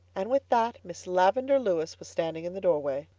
and with that miss lavendar lewis was standing in the doorway.